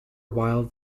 while